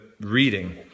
reading